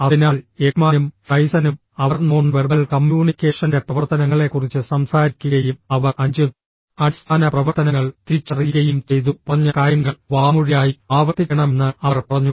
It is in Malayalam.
അതിനാൽ എക്മാനും ഫ്രൈസനും അവർ നോൺ വെർബൽ കമ്മ്യൂണിക്കേഷന്റെ പ്രവർത്തനങ്ങളെക്കുറിച്ച് സംസാരിക്കുകയും അവർ അഞ്ച് അടിസ്ഥാന പ്രവർത്തനങ്ങൾ തിരിച്ചറിയുകയും ചെയ്തു പറഞ്ഞ കാര്യങ്ങൾ വാമൊഴിയായി ആവർത്തിക്കണമെന്ന് അവർ പറഞ്ഞു